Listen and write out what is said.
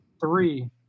three